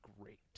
great